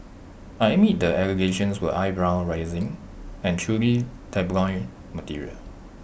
I admit the allegations were eyebrow raising and truly tabloid material